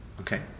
Okay